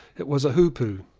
it was a hoopoo.